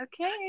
Okay